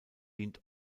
dient